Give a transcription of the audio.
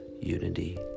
unity